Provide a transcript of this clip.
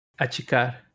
Achicar